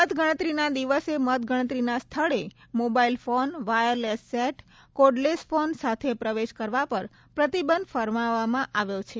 મતગણતરીના દિવસે મતગણતરીના સ્થળે mobile phone wireless set cordless phone સાથે પ્રવેશ કરવા પર પ્રતિબંધ ફરમાવવામાં આવ્યો છે